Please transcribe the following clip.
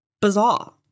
bizarre